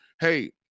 hey